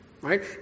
Right